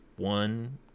one